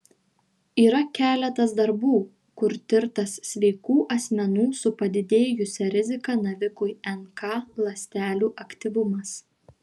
yra keletas darbų kur tirtas sveikų asmenų su padidėjusia rizika navikui nk ląstelių aktyvumas